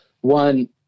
one